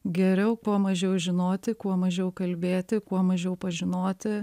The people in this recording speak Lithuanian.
geriau kuo mažiau žinoti kuo mažiau kalbėti kuo mažiau pažinoti